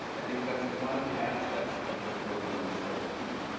i think that's one of the aspects of this program that is so key.